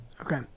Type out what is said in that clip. okay